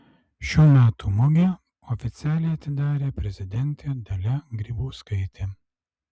šių metų mugę oficialiai atidarė prezidentė dalia grybauskaitė